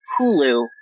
hulu